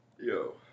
Yo